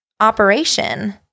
Operation